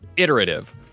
iterative